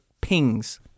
pings